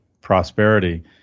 prosperity